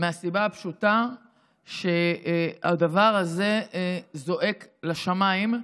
מהסיבה הפשוטה שהדבר הזה זועק לשמיים.